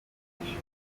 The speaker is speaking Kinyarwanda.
imugeza